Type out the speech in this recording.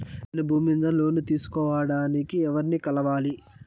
నేను భూమి మీద లోను తీసుకోడానికి ఎవర్ని కలవాలి?